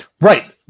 Right